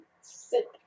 Sit